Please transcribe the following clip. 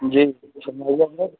جی